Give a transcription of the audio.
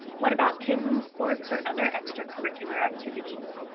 what about kids in sports or other extracurricular activities?